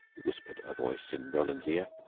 whispered a voice in roland's ear.